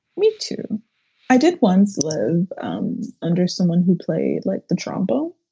me too i did once live under someone who played like the trombone.